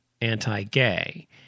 anti-gay